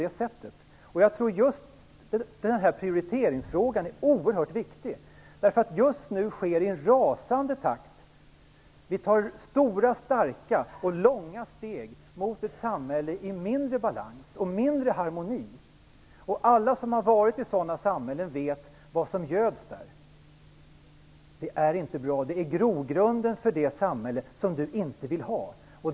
Jag tror att den här prioriteringsfrågan är oerhört viktig. Just nu sker mycket i en rasande takt. Vi tar stora, starka och långa steg mot ett samhälle i mindre balans och mindre harmoni. Alla som har varit i sådana samhällen vet vad som göds där. Det är inte bra. Det är grogrunden för det samhälle som Iréne Vestlund inte vill ha.